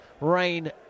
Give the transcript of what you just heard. rain